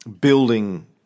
building